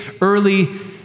early